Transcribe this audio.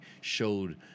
showed